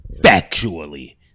factually